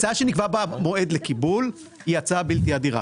הצעה שנקבע בה מועד לקיבול היא הצעה בלתי הדירה.